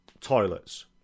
toilets